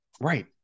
Right